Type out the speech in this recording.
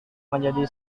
menjadi